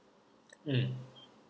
mm